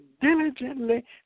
diligently